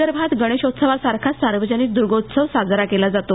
विदर्भात गणेशोत्सवासारखाच सार्वजनिक दुर्गोत्सव साजरा केला जातो